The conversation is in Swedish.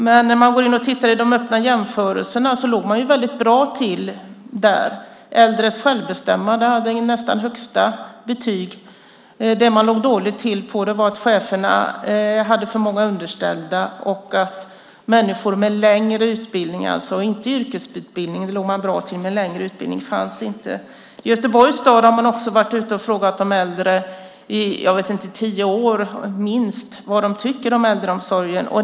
Men när man går in och tittar i de öppna jämförelserna låg de väldigt bra till där. Äldres självbestämmande hade nästan högsta betyg. Man låg dåligt till när det gäller att cheferna hade för många underställda och att människor med längre utbildning, inte yrkesutbildning för där låg man bra till, inte fanns. I Göteborgs stad har man också frågat de äldre i tio år minst vad de tycker om äldreomsorgen.